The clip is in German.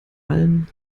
allen